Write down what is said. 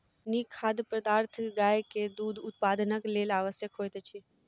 नीक खाद्य पदार्थ गाय के दूध उत्पादनक लेल आवश्यक होइत अछि